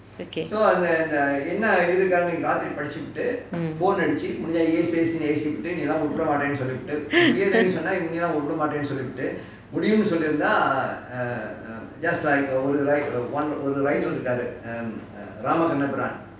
okay